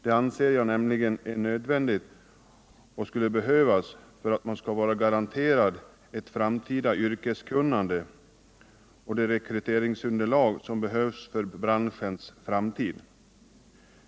Detta anser jag nämligen skulle behövas för att garantera ett framtida yrkeskunnande och ett rekryteringsunderlag som behövs för branschens framtid.